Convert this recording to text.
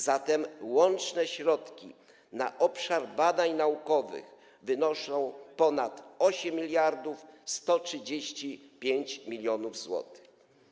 Zatem łączne środki na obszar badań naukowych wynoszą ponad 8135 mln zł.